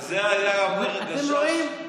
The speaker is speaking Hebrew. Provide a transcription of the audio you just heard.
אתם רואים?